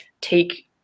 take